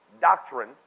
doctrine